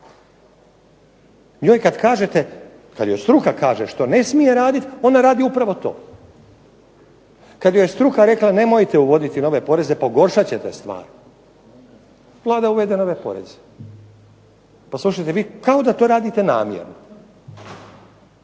Njoj kad kažete, kad joj struka kaže što ne smije raditi ona radi upravo to. Kad joj je struka rekla nemojte uvoditi nove poreze, pogoršat ćete stvar, Vlada uvede nove poreze. Kao da to radite namjerno.